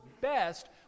best